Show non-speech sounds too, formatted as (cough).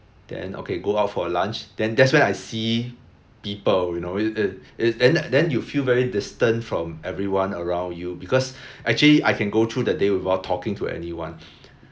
then okay go out for lunch then that's when I see people you know (noise) then then you feel very distant from everyone around you because actually I can go through the day without talking to anyone